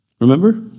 remember